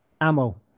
Ammo